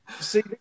See